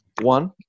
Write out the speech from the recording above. One